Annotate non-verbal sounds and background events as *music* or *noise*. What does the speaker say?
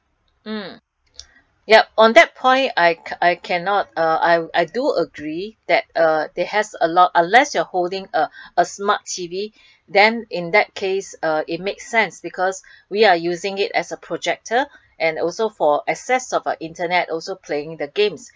mm *noise* yup on that point that I I cannot uh I do agree that uh they has a lot unless you are holding a a smart T_V *breath* then in that case uh it makes sense because *breath* we are using it as a projector and also for access of internet also playing the games